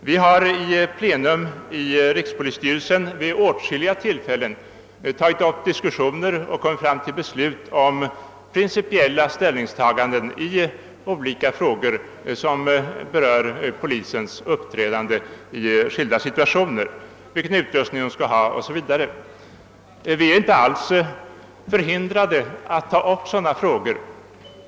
Vi har i plena i rikspolisstyrelsen vid åtskilliga tillfällen kommit fram till beslut om principiella ställningstaganden i olika frågor som berör polisens uppträdande i skilda situationer, vilken utrustning de skall ha o. s. v. Vi är inte alls förhindrade att ta upp sådana frågor.